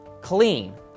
Clean